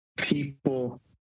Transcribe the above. People